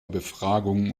befragungen